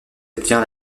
obtient